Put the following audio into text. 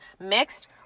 mixed